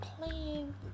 playing